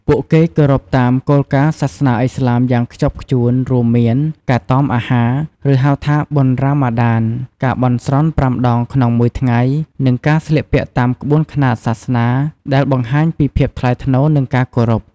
ពួកគេគោរពតាមគោលការណ៍សាសនាឥស្លាមយ៉ាងខ្ជាប់ខ្ជួន រួមមាន ការតមអាហារ ឬហៅថាបុណ្យរ៉ាម៉ាឌាន ការបន់ស្រន់ប្រាំដងក្នុងមួយថ្ងៃ និងការស្លៀកពាក់តាមក្បួនខ្នាតសាសនា ដែលបង្ហាញពីភាពថ្លៃថ្នូរ និងការគោរព។